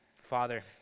Father